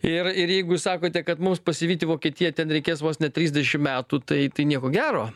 ir ir jeigu jūs sakote kad mums pasivyti vokietiją ten reikės vos ne trisdešimt metų taitai nieko gero